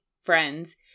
friends